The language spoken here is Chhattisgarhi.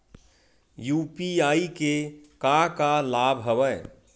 यू.पी.आई के का का लाभ हवय?